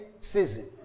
season